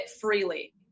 freely